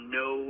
no